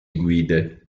guide